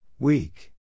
Weak